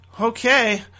okay